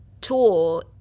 tool